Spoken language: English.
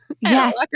Yes